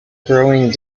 growing